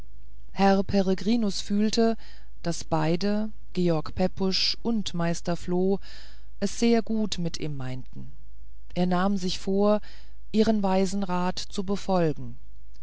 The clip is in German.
herr peregrinus fühlte daß beide george pepusch und meister floh es sehr gut mit ihm meinten und er nahm sich vor ihren weisen rat zu befolgen